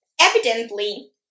evidently